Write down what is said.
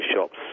shops